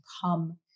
come